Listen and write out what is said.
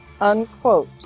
Unquote